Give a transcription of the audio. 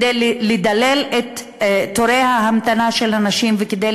כדי לדלל את תורי ההמתנה של הנשים וכדי